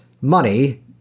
Money